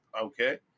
okay